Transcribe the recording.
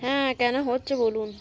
হ্যাঁ কেন হচ্ছে বলুন